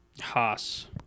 Haas